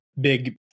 big